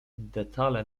detale